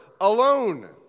alone